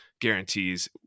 guarantees